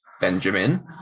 Benjamin